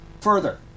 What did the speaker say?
Further